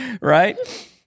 right